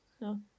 no